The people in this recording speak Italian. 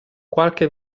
qualche